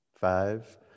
Five